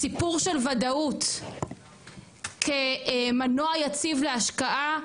הסיפור של וודאות כמנוע יציב להשקעה,